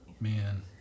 Man